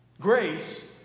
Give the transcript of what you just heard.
Grace